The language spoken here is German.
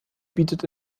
bietet